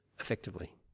effectively